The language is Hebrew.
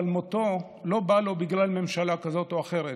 אבל מותו לא בא לו בגלל ממשלה כזאת או אחרת